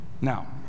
Now